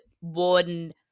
one